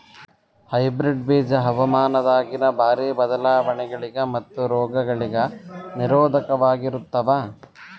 hybrid ಬೀಜ ಹವಾಮಾನದಾಗಿನ ಭಾರಿ ಬದಲಾವಣೆಗಳಿಗ ಮತ್ತು ರೋಗಗಳಿಗ ನಿರೋಧಕವಾಗಿರುತ್ತವ